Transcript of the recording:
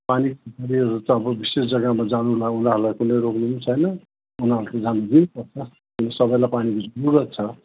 पानी तेल त अब विषेश जग्गामा जानुलाई उनीहरूलाई कसले रोक्नु पनि छैन उनीहरूलाई जानु दिनुपर्छ सबैलाई पानीको जरुरत छ